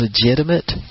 legitimate